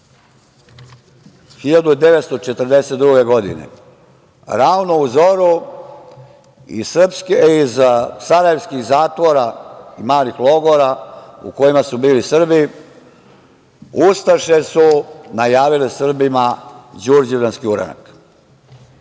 1942. godine, ravno u zoru, iz sarajevskih zatvora i malih logora u kojima su bili Srbi, ustaše su najavile Srbima đurđevdanski uranak.